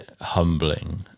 humbling